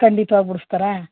ಖಂಡಿತ್ವಾಗಿ ಬಿಡ್ಸ್ತಾರಾ